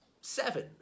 seven